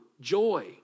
Joy